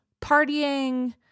partying